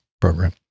program